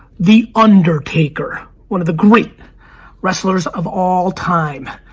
the undertaker, one of the great wrestlers of all time,